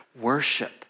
Worship